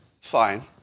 Fine